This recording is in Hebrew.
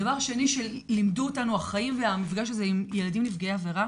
דבר שני שלימדו אותנו החיים והמפגש הזה עם ילדים נפגעי עבירה